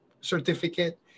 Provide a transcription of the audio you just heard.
certificate